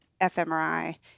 FMRI